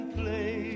play